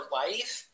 life